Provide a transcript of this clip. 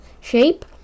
shape